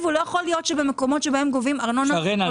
לא יכול להיות שבמקומות שבהם גובים ארנונה כל כך גבוהה --- שרן,